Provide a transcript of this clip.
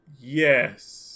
Yes